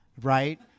right